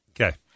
Okay